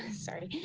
sorry,